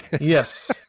Yes